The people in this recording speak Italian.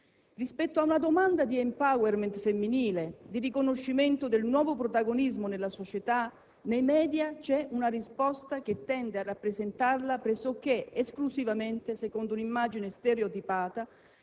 Rispetto a una domanda di *empowerment* femminile, di riconoscimento del nuovo protagonismo nella società, nei *media* c'è una risposta che tende a rappresentarla pressoché esclusivamente secondo un'immagine stereotipata,